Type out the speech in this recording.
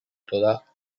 toda